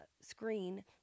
screen